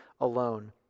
alone